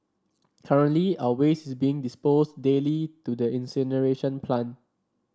currently our waste is being disposed daily to the incineration plant